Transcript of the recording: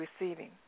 receiving